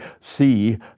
see